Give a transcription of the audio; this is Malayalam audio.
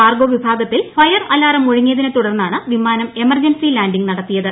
കാർഗോ വിഭാഗത്തിൽ ഫയർ അലാറാം മുഴങ്ങിയതിനെ തുടർന്നാണ് വിമാനം എമർജൻസി ലാൻഡിങ് നടത്തിയത്